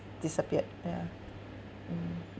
disappeared yeah mm